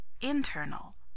internal